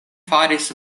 faris